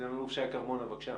סגן אלוף שי כרמונה, בבקשה.